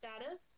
status